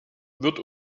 wird